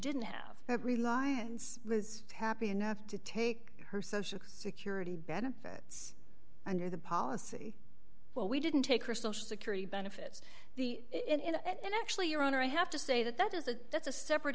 didn't have that reliance was happy enough to take her social security benefits under the policy well we didn't take her social security benefits the in then actually your honor i have to say that that is a that's a separate